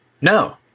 No